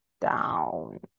down